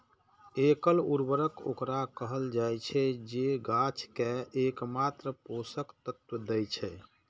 एकल उर्वरक ओकरा कहल जाइ छै, जे गाछ कें एकमात्र पोषक तत्व दै छै